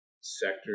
sector